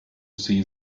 see